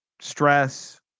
stress